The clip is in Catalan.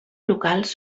locals